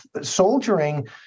soldiering